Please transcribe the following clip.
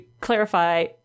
clarify